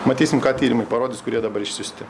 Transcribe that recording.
matysim ką tyrimai parodys kurie dabar išsiųsti